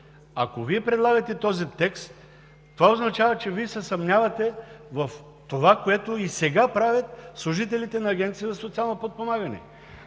Ако Вие предлагате този текст, това означава, че се съмнявате в това, което и сега правят служителите на Агенцията за социално подпомагане.